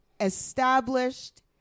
established